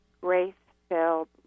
grace-filled